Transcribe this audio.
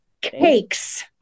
cakes